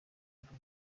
ubwo